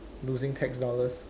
losing tax dollars